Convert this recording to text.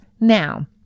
now